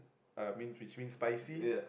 uh means which means spicy